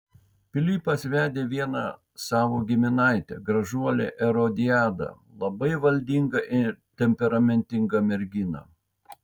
pilypas vedė vieną savo giminaitę gražuolę erodiadą labai valdingą ir temperamentingą merginą